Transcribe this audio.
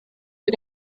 für